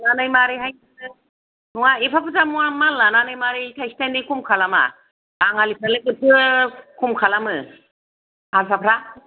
एथ बुरजा लानानै मारैहायथो नङा एफा बुरजा मुवा माल लानानै मारै थाइसे थाइनै खम खालामा बाङालिफ्रालाय बोरैथो खम खालामो हारसाफ्रा